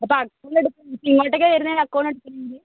അപ്പോൾ അക്കൗണ്ട് എടുക്കാൻ ഇങ്ങോട്ടേക്കാ വരുന്നത് അക്കൗണ്ട് എടുക്കുന്നെങ്കിൽ